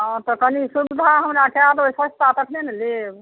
आ तऽ कनि सुविधा हमरा करबै सस्ता तखने ने लेब